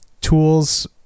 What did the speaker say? tools